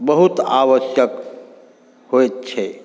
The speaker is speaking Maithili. बहुत आवश्यक होइत छै